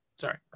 Sorry